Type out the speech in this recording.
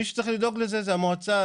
מי שצריך לדאוג לזה היא המועצה,